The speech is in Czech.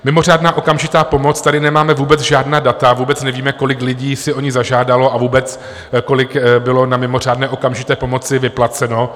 Mimořádná okamžitá pomoc: tady nemáme vůbec žádná data, vůbec nevíme, kolik lidí si o ni zažádalo, a vůbec, kolik bylo na mimořádné okamžité pomoci vyplaceno.